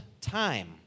time